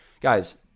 Guys